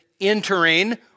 entering